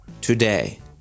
today